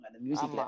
music